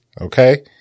okay